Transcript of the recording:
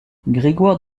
grégoire